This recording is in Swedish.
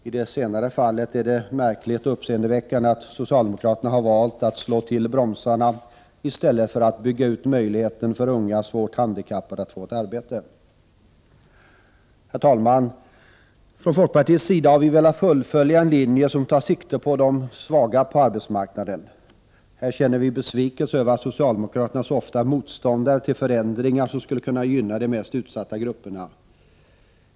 I det senare fallet är det märkligt och uppseendeväckande att socialdemokraterna har valt att slå till bromsarna i stället för att bygga ut möjligheterna för unga svårt handikappade att få ett arbete. Herr talman! Från folkpartiets sida har vi velat fullfölja en linje som tar sikte på de svaga på arbetsmarknaden. Här känner vi besvikelse över att socialdemokraterna så ofta är motståndare till förändringar som skulle gynna de mest utsatta grupperna.